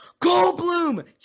Goldblum